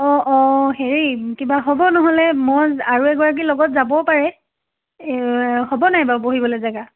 অ' অ' হেৰি কিবা হ'ব নহ'লে মই আৰু এগৰাকী লগত যাবও পাৰে হ'ব নাই বাৰু বহিবলৈ জেগা